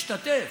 השתתף.